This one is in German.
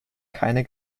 keine